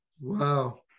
Wow